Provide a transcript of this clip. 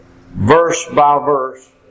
verse-by-verse